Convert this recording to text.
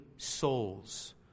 souls